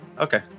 Okay